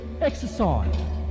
exercise